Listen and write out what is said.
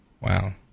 Wow